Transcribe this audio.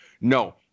No